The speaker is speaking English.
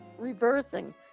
reversing